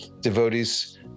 devotees